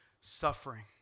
suffering